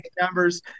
numbers